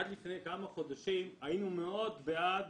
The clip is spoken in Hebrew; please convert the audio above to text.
עד לפני כמה חודשים היינו מאוד בעד